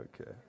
okay